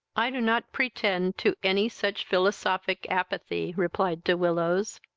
i do not pretend to any such philosophic apathy, replied de willows.